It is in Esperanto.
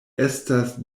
estas